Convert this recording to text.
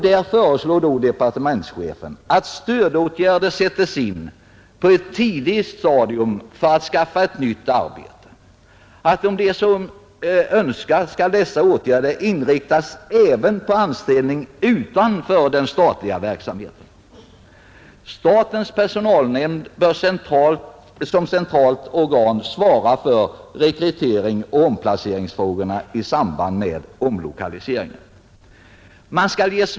Departementschefen föreslår att stödåtgärder sättes in på ett tidigt stadium för att skaffa ett nytt arbete, och om vederbörande så önskar skall dessa åtgärder inriktas även på anställning utanför den statliga verksamheten. Statens personalnämnd bör som centralt organ svara för rekryteringsoch omplaceringsfrågorna i samband med omlokalisering.